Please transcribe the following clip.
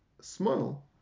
smile